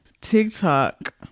TikTok